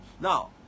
Now